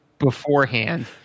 beforehand